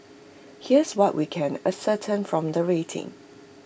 here's what we can ascertain from the rating